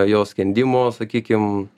jos skendimo sakykim